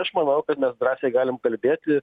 aš manau kad mes drąsiai galim kalbėti